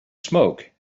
smoke